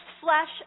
flesh